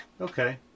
okay